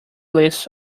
lists